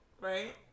right